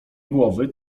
głowy